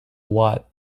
watt